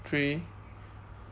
three